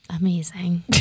Amazing